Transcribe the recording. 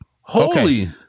Holy